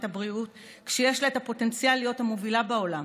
הבריאות כשיש לה את הפוטנציאל להיות המובילה בעולם?